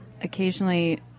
Occasionally